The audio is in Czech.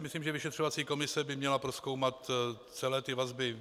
Myslím si, že vyšetřovací komise by měla prozkoumat celé vazby.